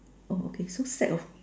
oh okay so sack of